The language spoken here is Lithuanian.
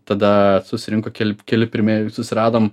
tada susirinko keli keli pirmieji susiradom